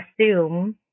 assume